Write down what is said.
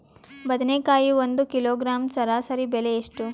ಬದನೆಕಾಯಿ ಒಂದು ಕಿಲೋಗ್ರಾಂ ಸರಾಸರಿ ಬೆಲೆ ಎಷ್ಟು?